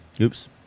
Oops